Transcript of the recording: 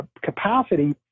capacity